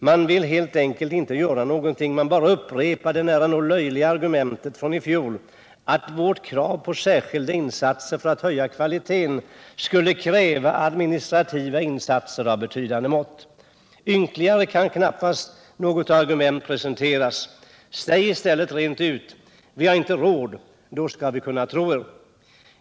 Man vill helt enkelt inte göra något. Man bara upprepar det nära nog löjliga argumentet från i fjol att vårt krav på särskilda insatser för att höja kvaliteten skulle kräva administrativa insatser av betydande mått. Ynkligare kan knappast något argument presenteras. Säg i stället rent ut: vi har inte råd. Då kan vi tro er.